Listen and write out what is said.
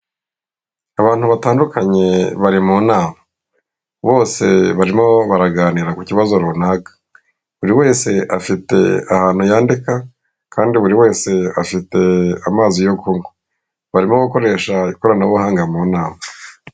Abantu batandukanye bari mu nama, bose barimo baraganira ku kibazo runaka buri wese afite ahantu yandika kandi buri wese afite amazi yo kunywa barimo gukoresha ikoranabuhanga mu nama.